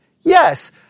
Yes